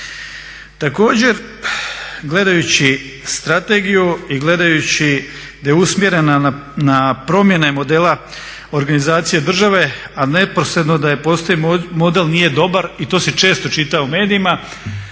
Također, gledajući strategiju i gledajući da je usmjerena na promjene modela organizacije države, a neposredno da … model nije dobar i to se često čita u medijima,